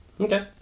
Okay